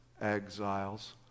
exiles